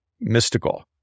Mystical